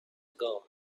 ago